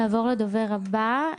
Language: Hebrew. נעבור לדובר הבא.